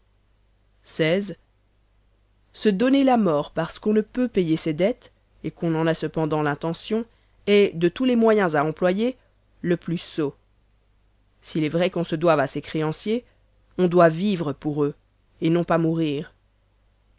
xvi se donner la mort parce qu'on ne peut payer ses dettes et qu'on en a cependant l'intention est de tous les moyens à employer le plus sot s'il est vrai qu'on se doive à ses créanciers on doit vivre pour eux et non pas mourir